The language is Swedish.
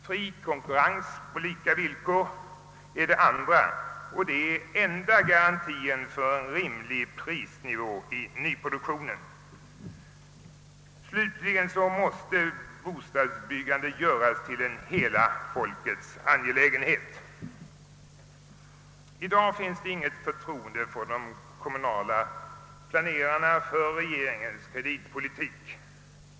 Fri konkurrens på lika villkor är den andra, och det är den enda garantien för en rimlig prisnivå i nyproduktionen. Slutligen måste bostadsbyggandet göras till en hela folkets angelägenhet. I dag finns det inget förtroende hos de kommunala planerarna för regeringens kreditpolitik.